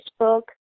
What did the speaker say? Facebook